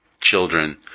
children